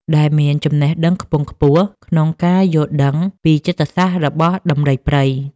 ដែលមានចំណេះដឹងខ្ពង់ខ្ពស់ក្នុងការយល់ដឹងពីចិត្តសាស្ត្ររបស់សត្វដំរីព្រៃ។